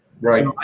Right